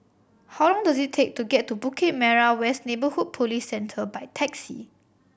how long does it take to get to Bukit Merah West Neighbourhood Police Centre by taxi